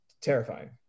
terrifying